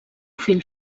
fill